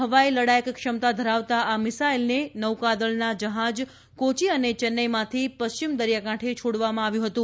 હવાઇ લડાયક ક્ષમતા ધરાવતા આ મિસાઇલને નૌકાદળના જહાજ કોચી અને ચેન્નાઇમાંથી પશ્ચિમ દરિયાકાંઠે છોડવામાં આવ્યું હતું